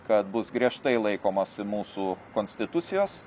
kad bus griežtai laikomasi mūsų konstitucijos